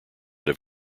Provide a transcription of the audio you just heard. have